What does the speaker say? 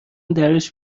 درش